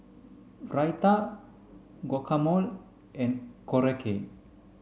Raita Guacamole and Korokke